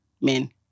men